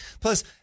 Plus